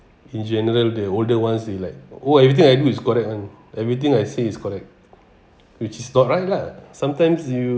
in general the older ones they like oh everything I do is correct [one] everything I say is correct which is not right lah sometimes you